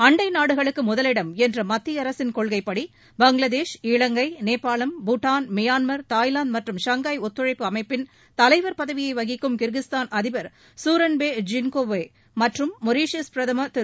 அண்டை நாடுகளுக்கு முதலிடம் என்ற மத்திய அரசின் கொள்கைப்படி பங்களாதேஷ் இலங்கை நேபாளம் பூட்டான் மியான்மர் தாய்லாந்து மற்றும் ஷாங்காய் ஒத்துழைப்பு அமைப்பின் தலைவர் பதவியை வகிக்கும் கிர்கிஸ்தான் அதிபர் சூரோன்பே ஜீன்பெகோவ் மற்றும் மொரீஷியஸ் பிரதமர் திரு